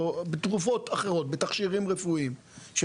בתרופות אחרות ובתכשירים רפואיים של